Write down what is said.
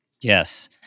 Yes